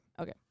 Okay